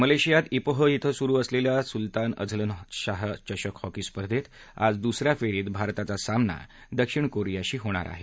मलेशियात इपोह इथं सुरू असलेल्या सुल्तान अझलन शाह चषक हॉकी स्पर्धेत आज दुसऱ्या फेरीत भारताचा सामना दक्षिण कोरियाशी होणार आहे